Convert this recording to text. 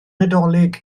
nadolig